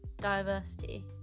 diversity